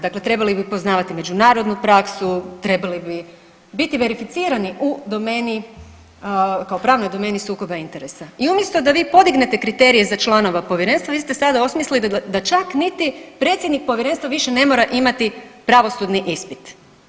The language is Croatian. Dakle, trebali bi poznavati međunarodnu praksu, trebali biti verificirani u domeni kao pravnoj domeni sukoba interesa i umjesto da vi podignete kriterije za članove povjerenstva vi ste sada osmislili da čak niti predsjednik povjerenstva više ne mora imati pravosudni ispit.